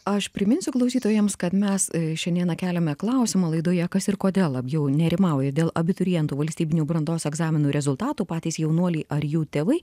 aš priminsiu klausytojams kad mes šiandieną keliame klausimą laidoje kas ir kodėl labiau nerimauja dėl abiturientų valstybinių brandos egzaminų rezultatų patys jaunuoliai ar jų tėvai